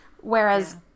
whereas